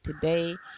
today